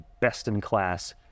best-in-class